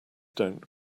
don‘t